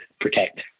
protect